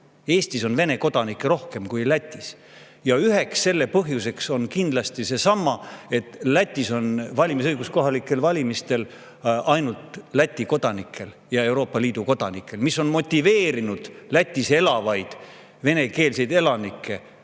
Eestis on Vene kodanikke rohkem kui Lätis. Selle üheks põhjuseks on kindlasti see, et Lätis on valimisõigus kohalikel valimistel ainult Läti kodanikel ja Euroopa Liidu kodanikel, mis on motiveerinud Lätis elavaid venekeelseid elanikke